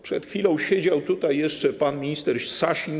Przed chwilą siedział tutaj jeszcze pan minister Sasin.